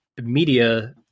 media